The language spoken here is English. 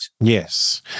Yes